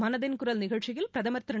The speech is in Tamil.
மனதின் குரல் நிகழ்ச்சியில் பிரதமா் திரு